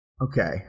okay